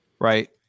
right